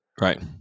Right